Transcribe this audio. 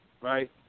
right